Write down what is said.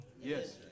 Yes